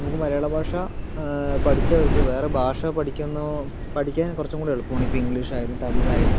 നമുക്ക് മലയാള ഭാഷ പഠിച്ചവർക്ക് വേറെ ഭാഷ പഠിക്കുന്ന പഠിക്കാൻ കുറച്ചും കൂടി എളുപ്പമാണ് ഇപ്പോൾ ഇംഗ്ലീഷ് ആയാലും തമിഴ് ആയാലും